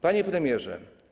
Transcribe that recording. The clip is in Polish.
Panie Premierze!